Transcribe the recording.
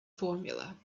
formula